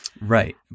Right